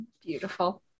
Beautiful